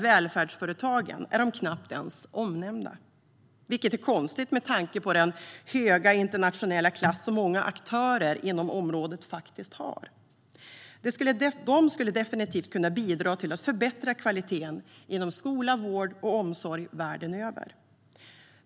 Välfärdsföretagen är knappt ens omnämnda, vilket är konstigt med tanke på den höga internationella klass som många aktörer inom området faktiskt har. De skulle definitivt kunna bidra till att förbättra kvaliteten inom skola, vård och omsorg världen över.